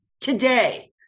today